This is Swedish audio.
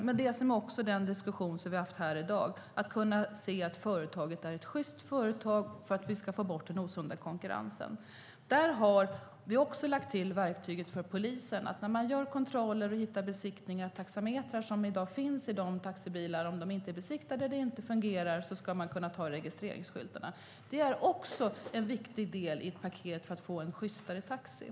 Det tredje gäller det som diskussionen också har handlat om i dag, nämligen att man ska kunna se att företaget är sjyst, för att vi ska få bort den osunda konkurrensen. Där har vi lagt till ett verktyg för polisen. När man gör kontroller och ser att taxametrar som finns i taxibilar inte är besiktade eller inte fungerar ska man kunna ta registreringsskyltarna. Det är också en viktig del i ett paket för att få en sjystare taxinäring.